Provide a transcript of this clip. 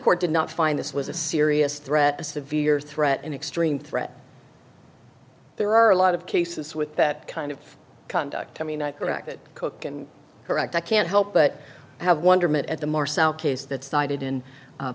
court did not find this was a serious threat a severe threat an extreme threat there are a lot of cases with that kind of conduct i mean i corrected cook and correct i can't help but have wonderment at the marcel